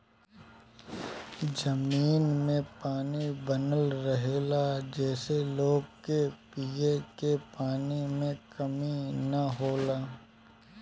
जमीन में पानी बनल रहेला जेसे लोग के पिए के पानी के कमी ना होला